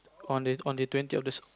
on the on the twentieth of the